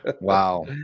Wow